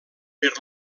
per